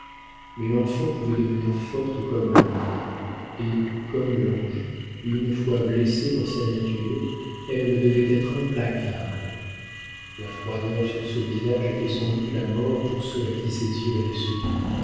mais l'enfant pouvait devenir forte comme l'ange et comme l'ange une fois blessée dans sa nature elle devait être implacable la froideur sur ce visage était sans doute la mort pour ceux à qui ses yeux avaient souri